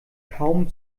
kaum